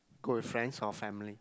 go with friends or family